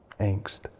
angst